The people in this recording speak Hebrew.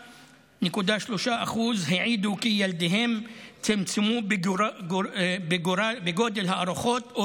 38.3% העידו כי ילדיהם צמצמו בגודל הארוחות או